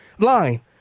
line